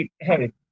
Hey